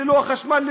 ללא חשמל,